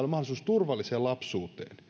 mahdollisuus turvalliseen lapsuuteen